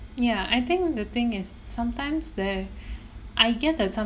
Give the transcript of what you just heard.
ya I think the thing is sometimes there I get that